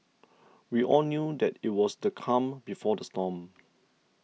we all knew that it was the calm before the storm